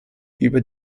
über